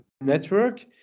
network